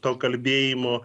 to kalbėjimo